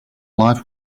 life